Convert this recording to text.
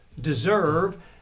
deserve